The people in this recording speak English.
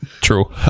true